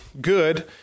good